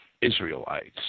Israelites